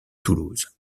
toulouse